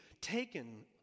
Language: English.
taken